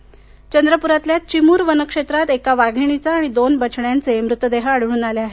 वाघ मत्य चंद्रपुरातल्या धिमूर वनक्षेत्रात एका वाधिणीचा आणि दोन बछड्यांचे मृतदेह आढळून आले आहेत